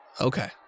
Okay